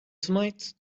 tonight